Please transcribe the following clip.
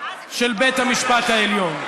של בית המשפט העליון.